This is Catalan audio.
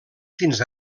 fins